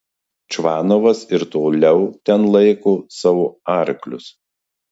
čvanovas ir toliau ten laiko savo arklius